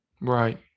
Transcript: Right